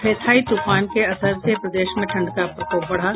Phethai तूफान के असर से प्रदेश में ठंड का प्रकोप बढ़ा